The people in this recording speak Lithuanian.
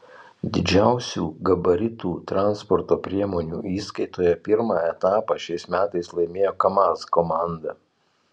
didžiausių gabaritų transporto priemonių įskaitoje pirmą etapą šiais metais laimėjo kamaz komanda